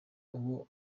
uwo